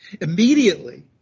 Immediately